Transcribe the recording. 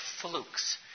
flukes